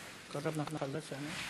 ההצעה להעביר את הצעת חוק הכניסה לישראל